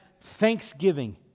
thanksgiving